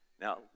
Now